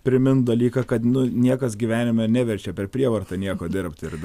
primint dalyką kad niekas gyvenime neverčia per prievartą nieko dirbt ir